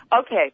Okay